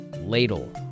ladle